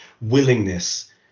willingness